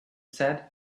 said